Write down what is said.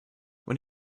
when